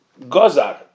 Gozar